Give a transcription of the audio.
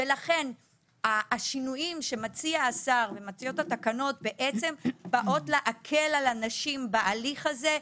לכן השינויים שמציע השר ומציעות התקנות זה כדי להקל על נשים בהליך הזה,